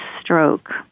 stroke